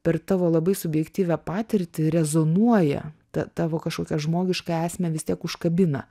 per tavo labai subjektyvią patirtį rezonuoja tavo kažkokią žmogišką esmę vis tiek užkabina